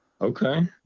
Okay